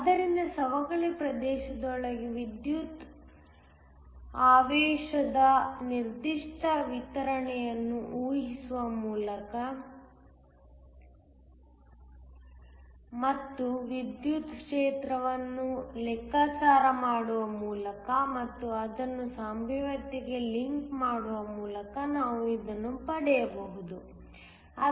ಆದ್ದರಿಂದ ಸವಕಳಿ ಪ್ರದೇಶದೊಳಗೆ ವಿದ್ಯುದಾವೇಶದ ನಿರ್ದಿಷ್ಟ ವಿತರಣೆಯನ್ನು ಊಹಿಸುವ ಮೂಲಕ ಮತ್ತು ವಿದ್ಯುತ್ ಕ್ಷೇತ್ರವನ್ನು ಲೆಕ್ಕಾಚಾರ ಮಾಡುವ ಮೂಲಕ ಮತ್ತು ಅದನ್ನು ಸಂಭಾವ್ಯತೆಗೆ ಲಿಂಕ್ ಮಾಡುವ ಮೂಲಕ ನಾವು ಇದನ್ನು ಪಡೆಯಬಹುದು